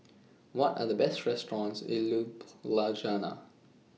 What Are The Best restaurants in Ljubljana